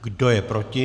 Kdo je proti?